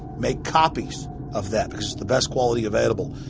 make copies of that, because it's the best quality available.